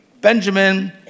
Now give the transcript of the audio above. Benjamin